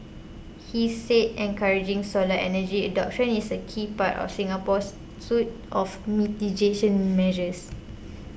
he said encouraging solar energy adoption is a key part of Singapore's suite of mitigation measures